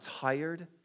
tired